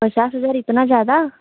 पचास हज़ार इतना ज़्यादा